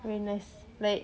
very nice like